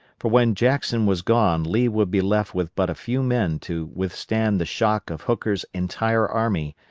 for when jackson was gone lee would be left with but a few men to withstand the shock of hooker's entire army,